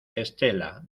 estela